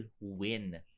win